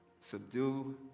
subdue